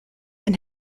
and